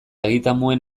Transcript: egitamuen